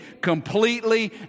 completely